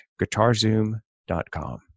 guitarzoom.com